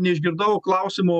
ne ne neišgirdau klausimo